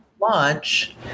launch